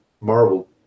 Marvel